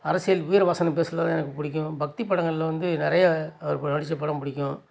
அரசியல் வீர வசனம் பேசுனது எனக்கு பிடிக்கும் பக்தி படங்களில் வந்து நிறைய அவர் ப நடித்த படம் பிடிக்கும்